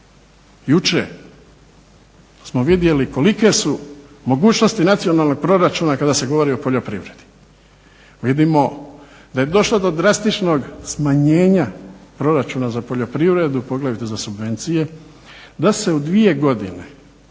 jučer smo vidjeli kolike su mogućnosti nacionalnog proračuna kada se govori o poljoprivredi. Vidimo da je došlo do drastičnog smanjenja proračuna za poljoprivredu, poglavito za subvencije, da se u dvije godine